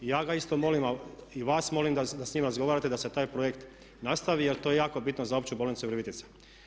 I ja ga isto molim a i vas molim da s njime razgovarate da se taj projekt nastavi jer to je jako bitno za opću bolnicu Virovitica.